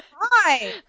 Hi